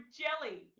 jelly